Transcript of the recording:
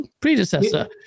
predecessor